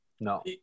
No